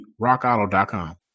rockauto.com